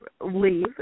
leave